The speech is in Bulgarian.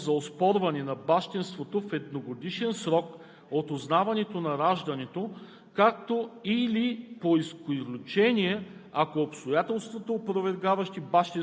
в чл. 62, ал. 1 се дава правна възможност за оспорване на бащинството в едногодишен срок от узнаването на раждането